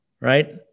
right